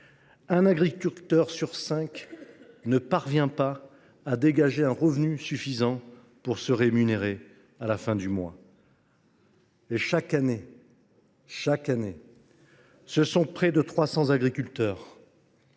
Un agriculteur sur cinq ne parvient pas à dégager un revenu suffisant pour se rémunérer à la fin du mois. Et chaque année, ce sont près de 300 agriculteurs